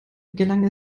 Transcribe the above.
gelang